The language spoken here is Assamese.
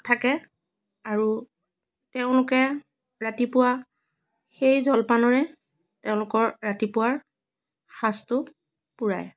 থাকে আৰু তেওঁলোকে ৰাতিপুৱা সেই জলপানৰে তেওঁলোকৰ ৰাতিপুৱাৰ সাঁজটো পূৰাই